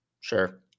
Sure